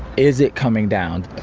is it coming down?